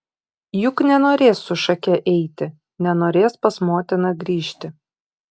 juk nenorės su šake eiti nenorės pas motiną grįžti